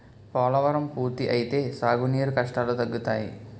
పోలవరం పూర్తి అయితే సాగు నీరు కష్టాలు తగ్గుతాయి